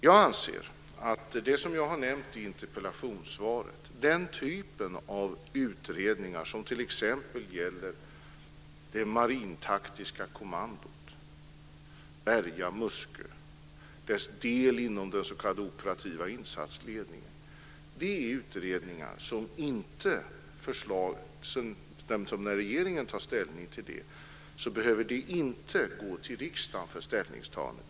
Jag anser, som jag har nämnt i interpellationssvaret, att när regeringen tar ställning till den typ av utredningar som gäller det marintaktiska kommandot, Bergas och Muskös del inom den s.k. operativa insatsledningen, behöver regeringen inte gå till riksdagen för ställningstagande.